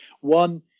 one